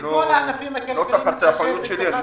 זה לא תחת האחריות שלי,